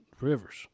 Rivers